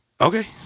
Okay